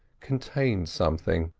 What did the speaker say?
contained something,